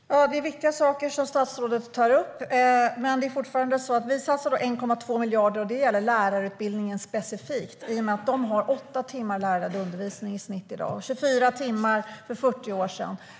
Herr talman! Det är viktiga saker statsrådet tar upp, men det är fortfarande så att vi satsar 1,2 miljarder specifikt på lärarutbildningen. Där har man nämligen i snitt åtta timmar lärarledd undervisning per vecka i dag. För 40 år sedan var det 24 timmar.